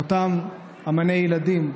לאותם אומני ילדים,